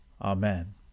Amen